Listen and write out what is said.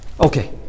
Okay